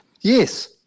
yes